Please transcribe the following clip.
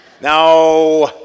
Now